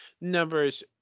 numbers